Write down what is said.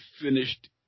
finished